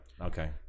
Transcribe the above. Okay